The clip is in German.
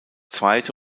zweite